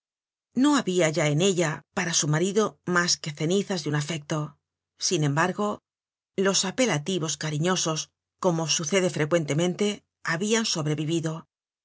no habia ya en ella para su marido mas que cenizas de un afecto sin embargo los apelativos cariñosos como sucede frecuentemente habian sobrevivido